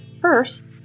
First